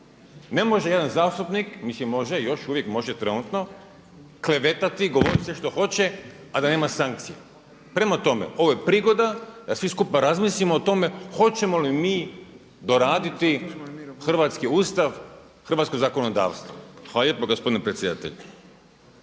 Ne može jedan zastupnik, mislim može još uvijek može trenutno, klevetati i govoriti sve što hoće, a da nema sankcije. Prema tome, ovo je prigoda da svi skupa razmislimo o tome hoćemo li mi doraditi hrvatski Ustav, hrvatsko zakonodavstvo. Hvala lijepa gospodine predsjedatelju.